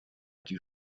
die